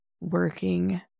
working